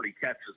catches